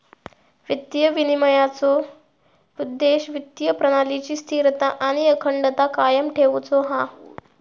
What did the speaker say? वित्तीय विनिमयनाचो उद्देश्य वित्तीय प्रणालीची स्थिरता आणि अखंडता कायम ठेउचो हा